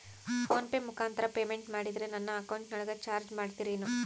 Phone pay ಮುಖಾಂತರ payment ಮಾಡಿದರೆ ನನ್ನ ಅಕೌಂಟಿನೊಳಗ ಚಾರ್ಜ್ ಮಾಡ್ತಿರೇನು?